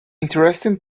interesting